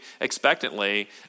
expectantly